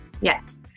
Yes